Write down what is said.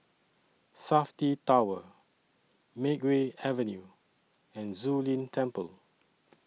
Safti Tower Makeway Avenue and Zu Lin Temple